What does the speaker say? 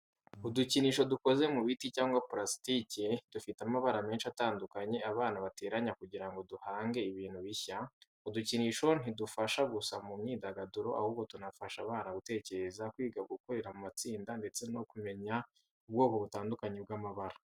Udukinisho dukoze mu biti cyangwa purasitike, dufite amabara menshi atandukanye abana bateranya kugira ngo bahange ibintu bishya. Utwo dukinisho ntidufasha gusa mu myidagaduro, ahubwo tunafasha abana gutekereza, kwiga gukorera mu matsinda, ndetse no kumenya ubwoko butandukanye bw'amabara.